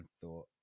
thought